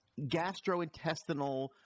gastrointestinal